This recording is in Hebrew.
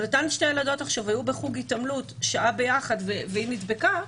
אבל אותן שתי ילדות היו בחוג התעמלות שעה ביחד והיא נדבקה,